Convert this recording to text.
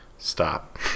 Stop